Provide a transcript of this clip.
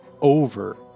over